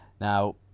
now